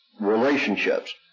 relationships